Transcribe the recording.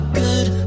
good